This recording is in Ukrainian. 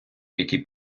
який